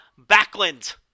Backlund